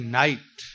night